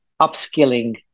upskilling